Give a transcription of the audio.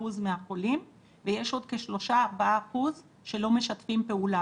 מהחולים ויש עוד כ-3% 4% שלא משתפים פעולה,